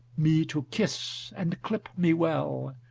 me to kiss and clip me well,